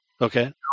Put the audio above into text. Okay